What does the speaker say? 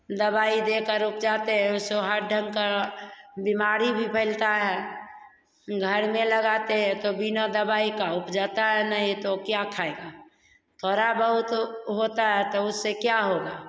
दवाई दे कर उपजाते हैं सो हर ढंग का बीमारी भी फैलता है घर में लगाते तो बिना दवाई का उपजाता है नहीं तो क्या खाएगा थोड़ा बहुत होता है तो उस से क्या होगा